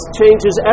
changes